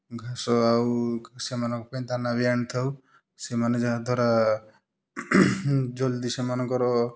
ଘାସ ଆଉ ସେମାନଙ୍କ ପାଇଁ ଦାନା ବି ଆଣିଥାଉ ସେମାନେ ଯାହା ଦ୍ୱାରା ଜଲଦି ସେମାନଙ୍କର